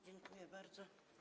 Dziękuję bardzo.